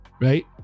right